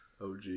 og